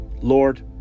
Lord